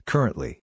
Currently